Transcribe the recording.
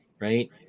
Right